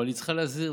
אבל היא צריכה להזהיר,